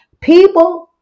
people